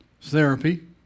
therapy